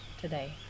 today